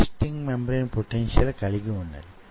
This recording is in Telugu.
డైవింగ్ బోర్డులను మీరు చూసే ఉంటారు